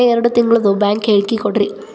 ಕೊನೆ ಎರಡು ತಿಂಗಳದು ಬ್ಯಾಂಕ್ ಹೇಳಕಿ ಕೊಡ್ರಿ